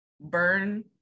burn